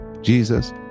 Jesus